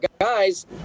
guys